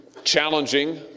challenging